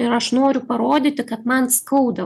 ir aš noriu parodyti kad man skauda